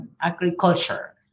agriculture